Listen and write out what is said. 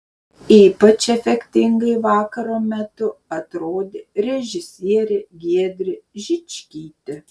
ypač efektingai vakaro metu atrodė režisierė giedrė žičkytė